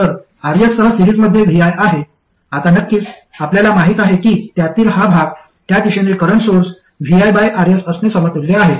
तर Rs सह सिरीजमध्ये vi आहे आता नक्कीच आपल्याला माहिती आहे की त्यातील हा भाग त्या दिशेने करंट सोर्स viRs असणे समतुल्य आहे